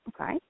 Okay